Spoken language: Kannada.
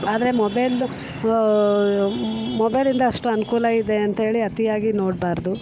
ಆದರೆ ಮೊಬೈಲಿಂದ ಮೊಬೈಲಿಂದ ಅಷ್ಟು ಅನುಕೂಲ ಇದೆ ಅಂತ್ಹೇಳಿ ಅತಿಯಾಗಿ ನೋಡಬಾರ್ದು